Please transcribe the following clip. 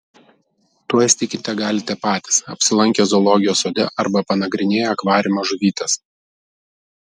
tuo įsitikinti galite patys apsilankę zoologijos sode arba panagrinėję akvariumo žuvytes